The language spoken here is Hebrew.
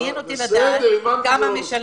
מעניין אותי לדעת, כמה משלמים.